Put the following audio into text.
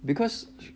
because